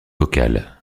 vocal